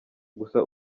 gusa